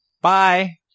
Bye